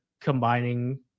combining